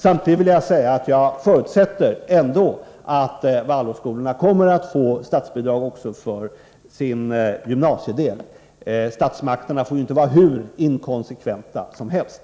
Samtidigt vill jag säga att jag ändå förutsätter att Waldorfskolorna kommer att få statsbidrag även för sin ”gymnasiedel”. Statsmakterna får inte vara hur inkonsekventa som helst.